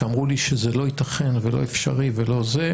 שאמרו לי שזה לא ייתכן ולא אפשרי ולא זה,